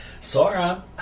Sora